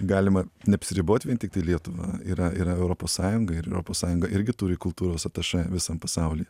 galima neapsiribot vien tik tai lietuva yra yra europos sąjunga ir europos sąjunga irgi turi kultūros atašė visam pasauliui